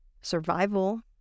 Survival